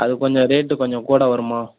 அது கொஞ்சம் ரேட்டு கொஞ்சம் கூட வரும்மா